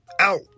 Out